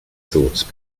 thoughts